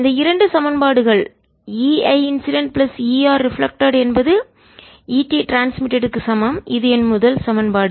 இந்த இரண்டு சமன்பாடுகள் E I incident plus E R reflected மின் பிரதிபலித்தல் என்பது E T ட்ரான்ஸ்மிட்டட் மின் பரிமாற்றத்திற்கு க்கு சமம் இது என் முதல் சமன்பாடு